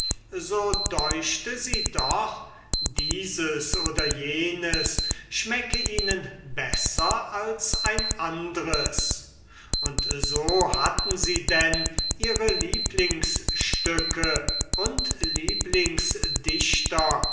so deuchte sie doch dieses oder jenes schmecke ihnen besser als ein andres und so hatten sie denn ihre lieblingsstücke und